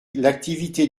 l’activité